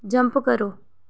jump करो